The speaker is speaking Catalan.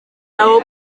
raó